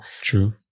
True